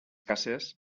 cases